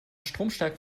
stromstärke